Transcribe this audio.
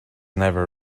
never